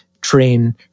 train